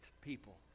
people